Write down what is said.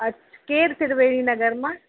अ केरु त्रिवेणी नगर मां